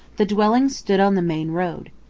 the dwelling stood on the main road.